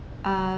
uh